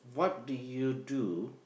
what do you do